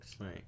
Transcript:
right